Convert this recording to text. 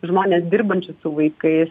žmones dirbančius su vaikais